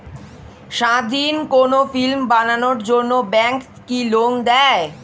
স্বাধীন কোনো ফিল্ম বানানোর জন্য ব্যাঙ্ক কি লোন দেয়?